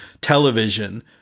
television